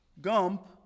Gump